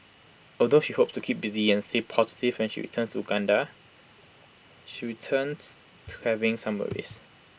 although she hopes to keep busy and stay positive when she returns to Uganda she to having some worries